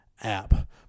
app